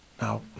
Now